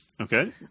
Okay